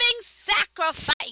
sacrifice